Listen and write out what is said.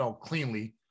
cleanly